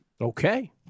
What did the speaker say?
Okay